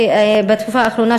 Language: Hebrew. מהתקופה האחרונה,